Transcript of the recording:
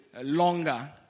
longer